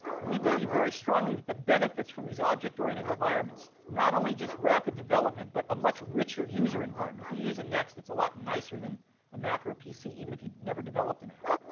we believe very strongly that the benefits from these ah object-oriented environments not only just rapid development, but a much richer user environment. if you use a next, it's a lot nicer than a mac or a pc, even if you never developed an app.